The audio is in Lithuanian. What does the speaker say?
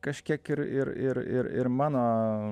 kažkiek ir ir ir ir ir mano